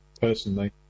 personally